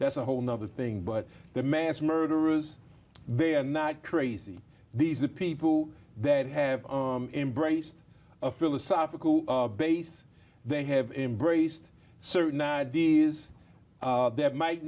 that's a whole nother thing but the mass murderers they are not crazy these are people that have embraced a philosophical base they have embraced certain ideas that might